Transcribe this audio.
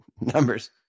Numbers